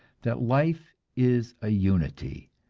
that life is a unity,